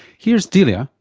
here's delia,